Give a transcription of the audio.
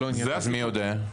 אז מי יודע?